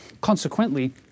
Consequently